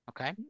Okay